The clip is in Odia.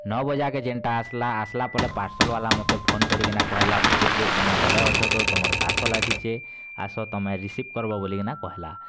ନଅ ବଜାକେ ଜେନ୍ଟା ଆସିଲା ଆସିଲା ପରେ ପାର୍ସଲ୍ ଵାଲା ମୋତେ ଫୋନ୍ କରିକି ନା କହେଲା ଠାକୁର୍ ଦେବ୍ ତୁମେ ଘରେ ଅଛ ତ ତୁମର ପାର୍ସଲ୍ ଆସିଛେ ଆସ ତୁମେ ରିସିଭ୍ କରବ୍ ବୋଲିକି ନା କହେଲା